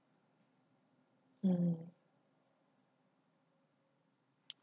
mm